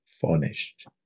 furnished